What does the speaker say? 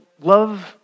love